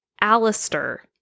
alistair